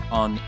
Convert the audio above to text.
on